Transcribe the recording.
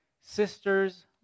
sisters